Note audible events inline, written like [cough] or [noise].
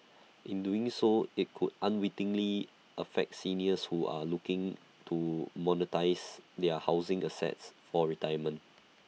[noise] in doing so IT could unwittingly affect seniors who are looking to monetise their housing assets for retirement